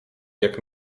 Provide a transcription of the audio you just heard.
jak